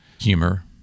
humor